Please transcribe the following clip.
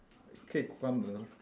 K cucumber